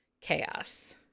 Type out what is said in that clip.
chaos